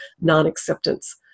non-acceptance